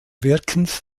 wirkens